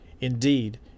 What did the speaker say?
Indeed